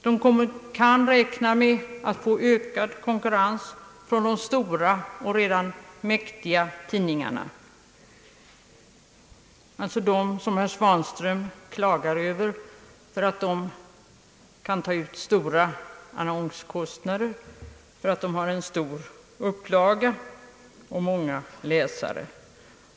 De kan räkna med att få ökad konkurrens från de stora och redan mäktiga tidningarna — herr Svanström klagar över att just de tidningarna kan ta ut stora annonskostnader därför att de har en stor upplaga och många läsare.